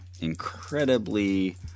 incredibly